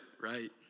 Right